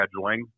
scheduling